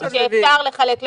שאפשר לחלק לקבוצות,